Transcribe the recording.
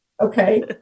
Okay